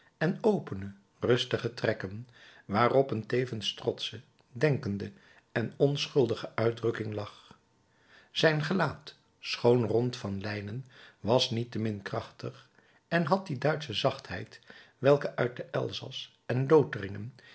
en opene rustige trekken waarop een tevens trotsche denkende en onschuldige uitdrukking lag zijn gelaat schoon rond van lijnen was niettemin krachtig en had die duitsche zachtheid welke uit den elzas en